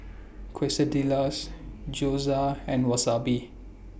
Quesadillas Gyoza and Wasabi